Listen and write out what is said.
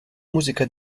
musica